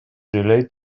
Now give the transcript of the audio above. relate